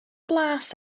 blas